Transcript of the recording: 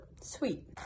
sweet